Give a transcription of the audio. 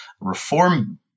reform